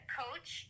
coach